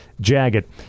Jagged